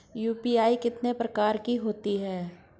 UPI कितने प्रकार की होती हैं?